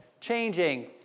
changing